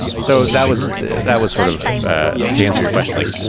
so that was that was sort of to answer your question, like.